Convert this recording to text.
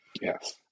yes